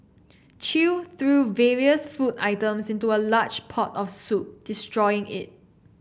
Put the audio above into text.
chew threw various food items into a large pot of soup destroying it